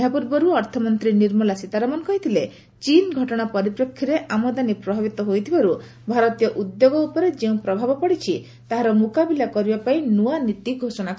ଏହା ପୂର୍ବରୁ ଅର୍ଥମନ୍ତ୍ରୀ ନିର୍ମଳା ସୀତାରମଣ କହିଥିଲେ ଚୀନ୍ ଘଟଣା ପରିପ୍ରେକ୍ଷୀରେ ଆମଦାନୀ ପ୍ରଭାବିତ ହୋଇଥିବାରୁ ଭାରତୀୟ ଉଦ୍ୟୋଗ ଉପରେ ଯେଉଁ ପ୍ରଭାବ ପଡ଼ିଛି ତାହାର ମୁକାବିଲା କରିବା ପାଇଁ ନୂଆ ନୀତି ଘୋଷଣା କରାଯିବ